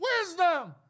Wisdom